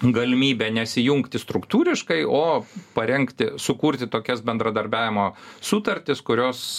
galimybė nesijungti struktūriškai o parengti sukurti tokias bendradarbiavimo sutartis kurios